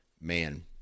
man